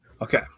Okay